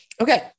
Okay